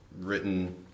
written